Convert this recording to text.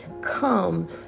come